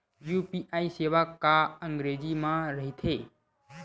UPI सेवा का अंग्रेजी मा रहीथे?